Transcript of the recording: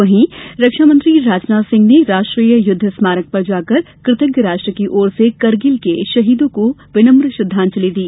वहीं रक्षा मंत्री राजनाथ सिंह ने राष्ट्रीय युद्ध स्मारक पर जाकर कृतज्ञ राष्ट्र की ओर से कारगिल के शहीदों को विनम्र श्रद्वांजलि दी